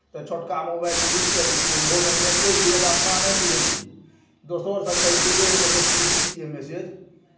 तऽ छोटका mobile use करै छी ओहोमे मैसेज दैए तऽ अपना नहि बुझै छी दोसरसँ कहै छियै रे एहिमे देखही तऽ की छियै मैसेज